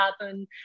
happen